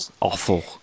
awful